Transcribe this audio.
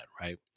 right